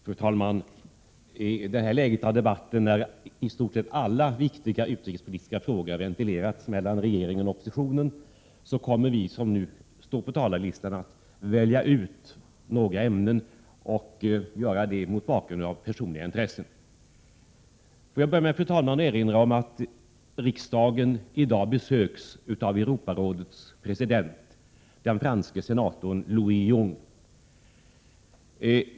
Fru talman! I detta läge av debatten, då i stort sett alla viktiga utrikespolitiska frågor har ventilerats mellan regeringen och oppositionen, kommer vi som nu står på talarlistan att välja några ämnen att tala om och göra så mot bakgrunden av personliga intressen. Får jag börja med, fru talman, att erinra om att riksdagen i dag besöks av Europarådets president, den franske senatorn Louis Jung.